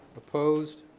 opposed.